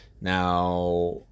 Now